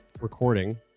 recording